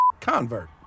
convert